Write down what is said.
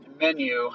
menu